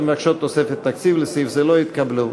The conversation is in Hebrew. ההסתייגויות המבקשות תוספת תקציב לסעיף זה לא התקבלו.